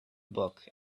book